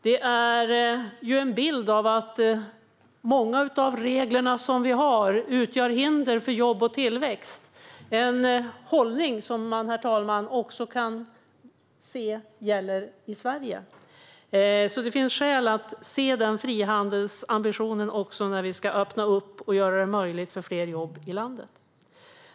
Detta är en bild av att många av de regler vi har utgör hinder för jobb och tillväxt - en hållning som man också kan se i Sverige, herr talman. Det finns alltså skäl att se denna frihandelsambition också när vi ska öppna upp och göra det möjligt för fler jobb i landet.